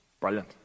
Brilliant